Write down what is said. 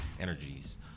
energies